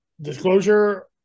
disclosure